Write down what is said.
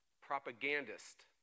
propagandist